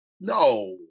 No